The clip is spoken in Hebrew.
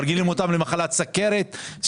מרגילים אותם למחלת סוכרת,